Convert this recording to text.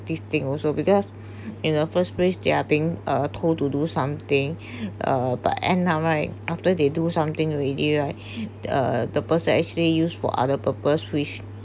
this thing also because in the first place they're being told to do something uh but end up right after they do something already right uh the person actually used for other purpose which